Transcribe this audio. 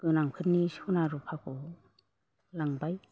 गोनांफोरनि सना रुफाखौ लांबाय